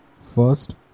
first